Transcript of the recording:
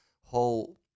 whole